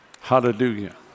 Hallelujah